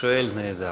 השואל נעדר.